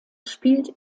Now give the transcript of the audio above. spielt